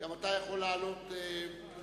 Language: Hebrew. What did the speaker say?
גם אתה יכול לעלות לדוכן.